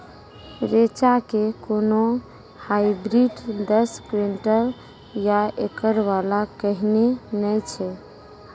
रेचा के कोनो हाइब्रिड दस क्विंटल या एकरऽ वाला कहिने नैय छै?